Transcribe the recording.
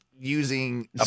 Using